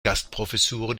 gastprofessuren